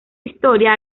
historia